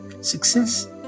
Success